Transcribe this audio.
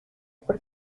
por